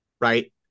right